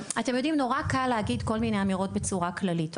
נורא קל להגיד כל מיני אמירות בצורה כללית.